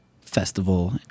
festival